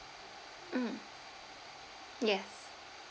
mm yes